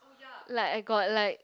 like I got like